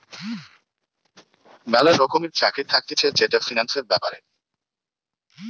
ম্যালা রকমের চাকরি থাকতিছে যেটা ফিন্যান্সের ব্যাপারে